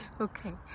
okay